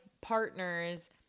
partner's